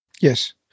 Yes